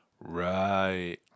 Right